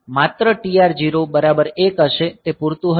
માત્ર TR0 બરાબર 1 હશે તે પૂરતું હશે